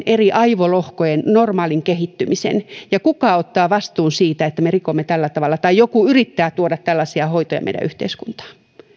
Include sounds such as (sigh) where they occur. (unintelligible) eri aivolohkojen normaalin kehittymisen kuka ottaa vastuun siitä että me rikomme tällä tavalla tai joku yrittää tuoda tällaisia hoitoja meidän yhteiskuntaan